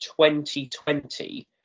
2020